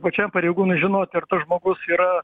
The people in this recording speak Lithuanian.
pačiam pareigūnui žinoti ar tas žmogus yra